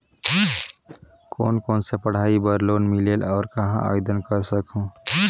कोन कोन सा पढ़ाई बर लोन मिलेल और कहाँ आवेदन कर सकहुं?